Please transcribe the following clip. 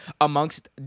amongst